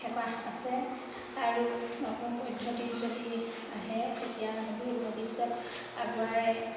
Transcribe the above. হেঁপাহ আছে আৰু নতুন পদ্ধতি যদি আহে তেতিয়া সদূৰ ভৱিষ্যত আগুৱাই